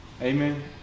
Amen